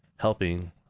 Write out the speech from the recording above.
Helping